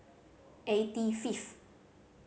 eighty fifth